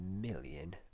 million